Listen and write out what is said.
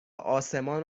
آسمان